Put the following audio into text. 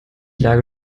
lage